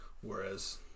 Whereas